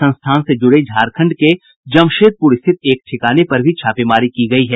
संस्थान से जूड़े झारखंड के जमशेदपूर स्थित एक ठिकाने पर भी छापेमारी की गई है